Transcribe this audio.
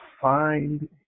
find